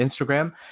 Instagram